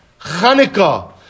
Chanukah